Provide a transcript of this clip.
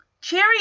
Cherry